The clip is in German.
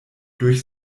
durch